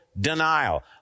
denial